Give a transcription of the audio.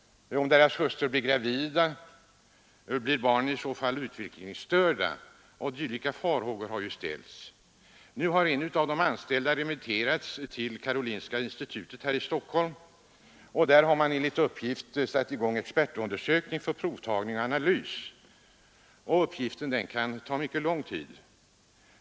Om deras hustrur blivit gravida, blir barnen i så fall utvecklingsstörda? Dylika farhågor har man hyst. Nu har en av de anställda remitterats till Karolinska sjukhuset här i Stockholm, och där har man enligt uppgift satt i gång expertundersökning med provtagning och analys. Detta kan ta mycket lång tid.